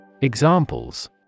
Examples